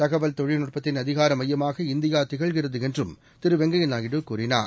தகவல் தொழில்நுட்பத்தின் அதிகாரமையமாக இந்தியாதிகழ்கிறதுஎன்றும் திருவெங்கையாநாயுடு கூறினார்